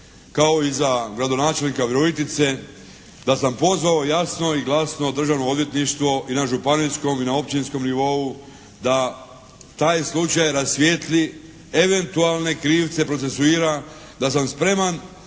kao i za gradonačelnika Virovitice da sam pozvao jasno i glasno Državno odvjetništvo i na županijskom i na općinskom nivou da taj slučaj rasvijetli eventualne krivce procesuira, da sam spreman